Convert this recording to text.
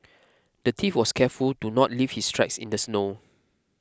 the thief was careful to not leave his tracks in the snow